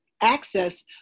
access